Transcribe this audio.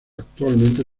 actualmente